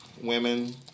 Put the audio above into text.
women